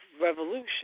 revolution